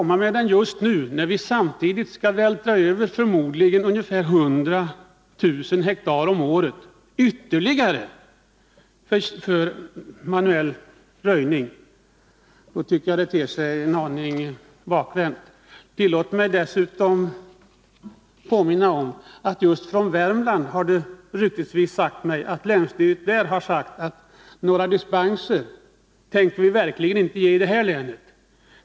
Men att ställa den just nu, när man står i begrepp att vältra över röjning av förmodligen 100 000 ha om året ytterligare till manuell röjning ter sig en aning bakvänt. Tillåt mig dessutom påminna om — det har jag ryktesvis hört — att länsstyrelsen i Värmland uttalat att man verkligen inte tänker lämna några dispenser.